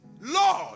Lord